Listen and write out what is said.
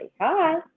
Hi